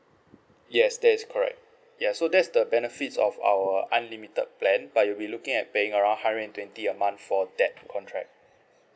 yes that is correct ya so that is the benefits of our unlimited plan but you'll be looking at paying around hundred and twenty a month for that contract